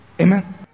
Amen